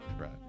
right